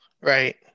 Right